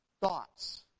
thoughts